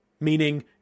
meaning